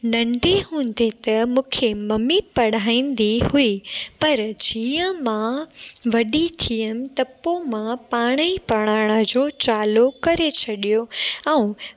नंढे हूंदे त मूंखे ममी पढ़ाईंदी हुई पर जीअं मां वॾी थियमि त पोइ मां पाण ई पढ़ण जो चालू करे छॾियो ऐं